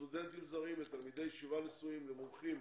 לסטודנטים זרים, לתלמידי ישיבה נשואים, למומחים